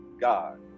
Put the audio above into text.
God